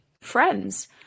friends